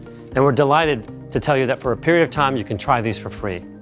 and we're delighted to tell you that for a period of time, you can try these for free.